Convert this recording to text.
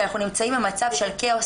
כי אנחנו נמצאים במצב של כאוס,